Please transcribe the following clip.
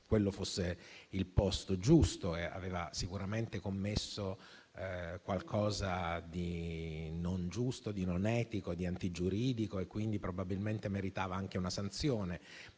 quello fosse il posto giusto. Aveva sicuramente commesso qualcosa di non giusto, di non etico e di antigiuridico, quindi probabilmente meritava anche una sanzione,